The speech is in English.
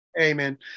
Amen